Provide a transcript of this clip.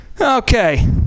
Okay